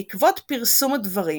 בעקבות פרסום הדברים